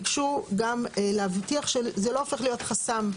ביקשו גם להבטיח שזה לא הופך להיות חסם.